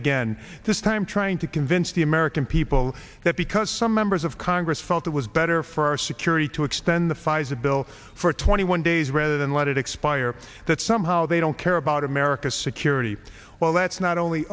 again this time trying to convince the american people that because some members of congress felt it was better for our security to extend the fires a bill for twenty one days rather than let it expire that somehow they don't care about america's security well that's not only